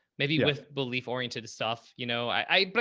maybe with belief oriented stuff, you know, i, but